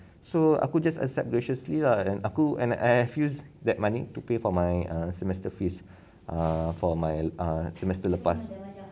so aku just accept graciously lah and aku and I I I feels that money to pay for my err semester fees err for my err semester lepas